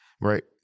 right